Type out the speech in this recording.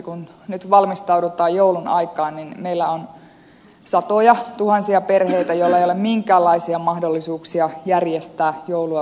kun nyt valmistaudutaan joulun aikaan niin meillä on satojatuhansia perheitä joilla ei ole minkäänlaisia mahdollisuuksia järjestää joulua perheilleen